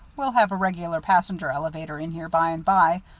we'll have a regular passenger elevator in here by and by,